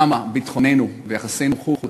כמה ביטחוננו ויחסי החוץ